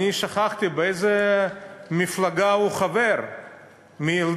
אני שוכח באיזו מפלגה הוא חבר מילדות,